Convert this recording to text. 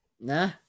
Nah